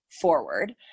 forward